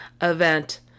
event